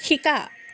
শিকা